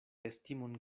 estimon